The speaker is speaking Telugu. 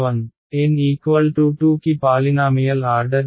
N2 కి పాలినామియల్ ఆర్డర్ ఏమిటి